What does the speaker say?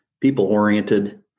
people-oriented